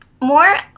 more